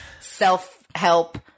self-help